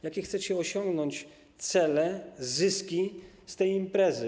Jakie chcecie osiągnąć cele, zyski z tej imprezy?